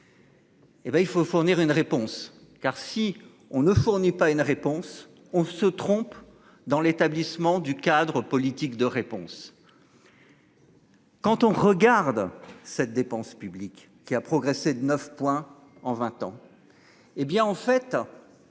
il faut fournir une réponse car si on ne fournit pas une réponse. On se trompe dans l'établissement du cadre politique de réponse.-- Quand on regarde cette dépense publique qui a progressé de 9 points en 20 ans.